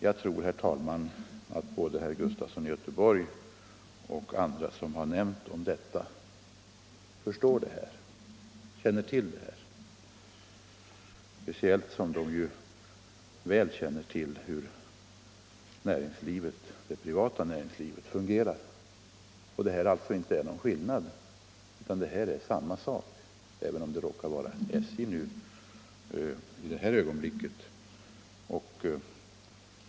Jag tror, herr talman, att både herr Sven Gustafson i Göteborg och andra som har nämnt om detta känner till det här, speciellt som de ju känner väl till hur det privata näringslivet fungerar. Det är alltså ingen skillnad, utan det är samma sak, även om det råkar gälla SJ i det här ögonblicket.